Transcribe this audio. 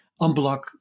unblock